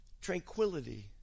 tranquility